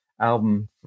album